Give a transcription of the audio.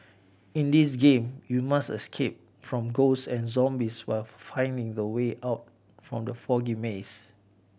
in this game you must escape from ghosts and zombies while finding the way out from the foggy maze